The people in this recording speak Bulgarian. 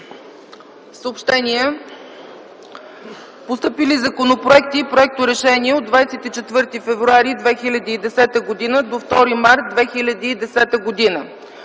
Съобщения: Постъпили законопроекти и проекторешения от 24 февруари 2010 г. до 2 март 2010 г.